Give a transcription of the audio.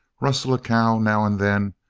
rustle a cow, now and then,